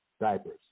diapers